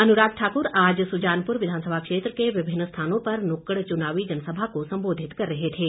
अनुराग ठाक्र आज सुजानपुर विधानसभा क्षेत्र के विभिन्न स्थानों पर नुक्कड़ चुनावी जनसभा को संबोधित कर रहे थे